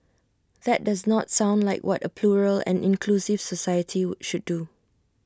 that does not sound like what A plural and inclusive society should do